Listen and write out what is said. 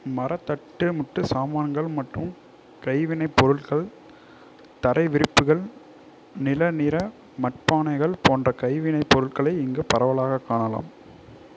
மர தட்டு முட்டு சாமான்கள் மற்றும் கைவினை பொருள்கள் தரைவிரிப்புகள் நில நிற மட்பானைகள் போன்ற கைவினை பொருட்களை இங்கு பரவலாக காணலாம்